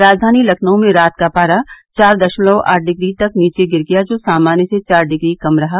राजधानी लखनऊ में रात का पारा चार दशमलव आठ डिग्री तक नीचे गिर गया जो सामान्य से चार डिग्री कम रहा